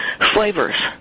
flavors